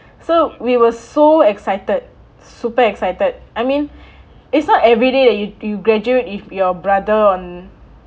so we were so excited super excited I mean it's not everyday that you you graduate if your brother on